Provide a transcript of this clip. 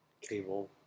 cable